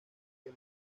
que